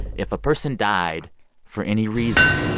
if a person died for any reason,